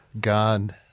God—